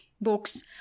books